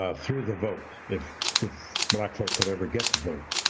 ah through the vote if if black folk could ever get the vote.